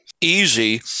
easy